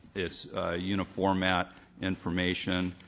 its uniformat information,